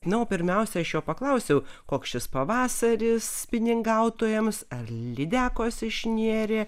na o pirmiausia aš jo paklausiau koks šis pavasaris spiningautojams ar lydekos išnėrė